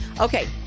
Okay